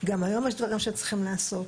גם היום יש דברים שצריכים לעשות.